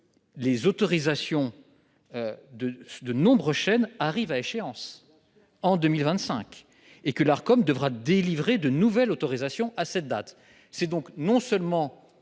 les autorisations de nombreuses chaînes arrivent à échéance en 2025 et que l'Arcom devra en délivrer de nouvelles à cette date. Bien sûr ! C'est donc non seulement